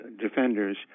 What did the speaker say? defenders